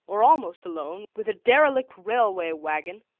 or almost alone, with a derelict railway waggon,